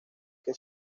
que